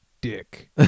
dick